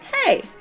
hey